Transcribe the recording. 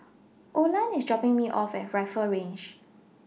Olan IS dropping Me off At Rifle Range